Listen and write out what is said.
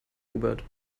hubert